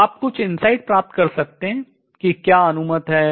आप कुछ insight अंतर्दृष्टि प्राप्त कर सकते हैं कि क्या अनुमत है